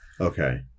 Okay